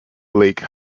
lake